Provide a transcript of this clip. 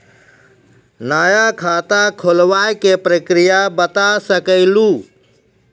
नया खाता खुलवाए के प्रक्रिया बता सके लू?